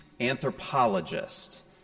anthropologist